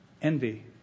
Envy